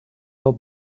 old